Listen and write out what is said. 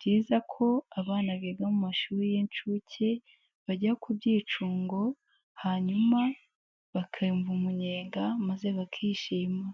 Byiza ko abana biga mu mashuri y'incuke, bajya ku byicungo hanyuma bakumva umunyenga maze bakishima,